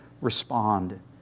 respond